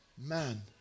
Man